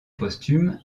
posthume